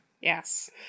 Yes